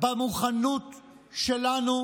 במוכנות שלנו.